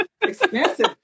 expensive